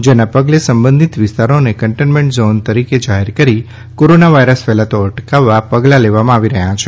જેના પગલે સંબંધિત વિસ્તારોને કન્ટેન્મેન્ટ ઝોન તરીકે જાહેર કરી કોરોના વાયરસ ફેલાતો અટકાવવા પગલાં લેવામાં આવી રહ્યાં છે